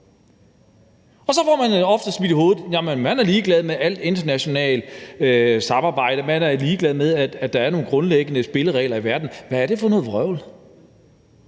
Så får man ofte smidt i hovedet, at man er ligeglad med alt internationalt samarbejde, at man er ligeglad med, at der er nogle grundlæggende spilleregler i verden. Hvad er det for noget vrøvl?